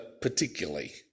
particularly